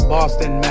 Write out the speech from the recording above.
Boston